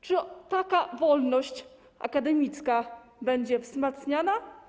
Czy taka wolność akademicka będzie wzmacniana?